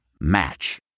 Match